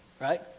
right